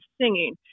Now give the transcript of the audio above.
singing